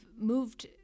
moved